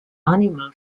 animal